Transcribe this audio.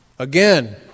Again